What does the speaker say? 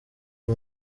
uyu